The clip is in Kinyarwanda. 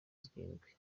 zirindwi